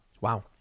Wow